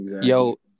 Yo